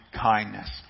kindness